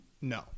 No